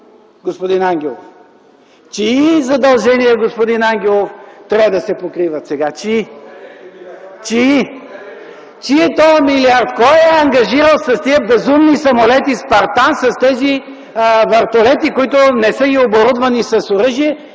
господин Ангелов. Чии задължения, господин Ангелов, трябва да се покриват сега? (Реплики от КБ.) Чии, чии? Чий е този милиард? Кой е ангажирал с тези безумни самолети „Спартан” с тези вертолети, които не са и оборудвани с оръжия,